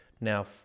now